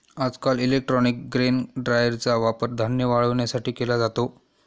आजकाल electronic grain ड्रायरचा वापर धान्य वाळवण्यासाठी केला जातो